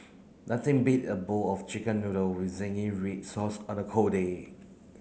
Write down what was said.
nothing beat a bowl of chicken noodle with zingy red sauce on a cold day